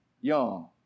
young